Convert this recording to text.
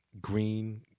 green